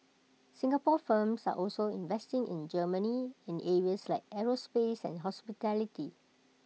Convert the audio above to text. Singapore firms are also investing in Germany in areas like aerospace and hospitality